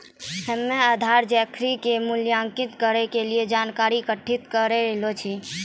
हम्मेआधार जोखिम के मूल्यांकन करै के जानकारी इकट्ठा करी रहलो छिऐ